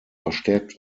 verstärkt